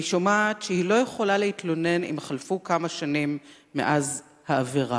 אני שומעת שהיא לא יכולה להתלונן אם חלפו כמה שנים מאז העבירה.